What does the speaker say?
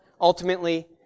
ultimately